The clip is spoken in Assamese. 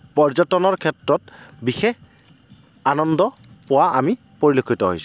পৰ্যটনৰ ক্ষেত্ৰত বিশেষ আনন্দ পোৱা আমি পৰিলক্ষিত হৈছোঁ